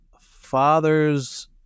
father's